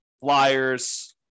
flyers